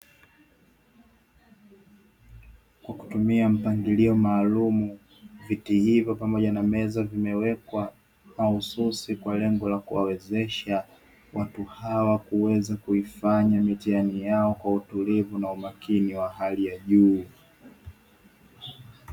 Kwa kutumia mpangilio maalumu viti hivi pamoja na meza vimewekwa mahususi, kwa lengo la kuwawezesha watu hawa kuweza kufanya mitihani yao kwa utulivu na umakini wa hali ya juu.